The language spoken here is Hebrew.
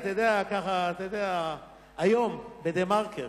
היום ב"דה-מרקר",